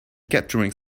capturing